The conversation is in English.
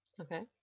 Okay